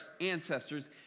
ancestors